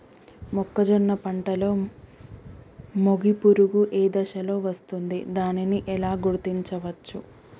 మొక్కజొన్న పంటలో మొగి పురుగు ఏ దశలో వస్తుంది? దానిని ఎలా గుర్తించవచ్చు?